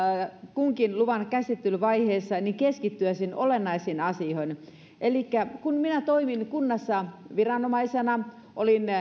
kunkin luvan käsittelyvaiheessa keskittyä sen olennaisiin asioihin elikkä kun minä toimin kunnassa viranomaisena olin